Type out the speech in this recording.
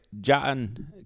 John